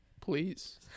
Please